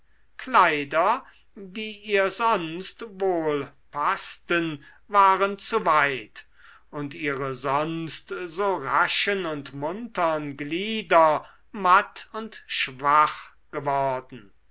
kleider die ihr sonst wohl paßten waren zu weit und ihre sonst so raschen und muntern glieder matt und schwach geworden